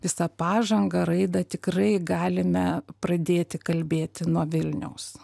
visą pažangą raidą tikrai galime pradėti kalbėti nuo vilniaus